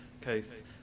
case